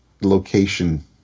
location